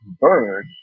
Bird